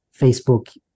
Facebook